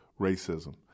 racism